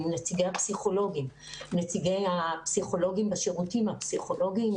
עם נציגי הפסיכולוגים בשירותים הפסיכולוגיים.